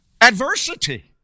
adversity